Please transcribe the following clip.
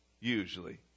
usually